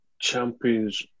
champions